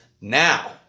Now